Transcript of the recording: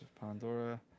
Pandora